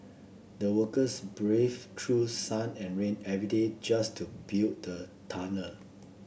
the workers braved through sun and rain every day just to build the tunnel